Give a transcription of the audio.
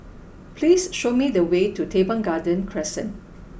please show me the way to Teban Garden Crescent